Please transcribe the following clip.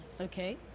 okay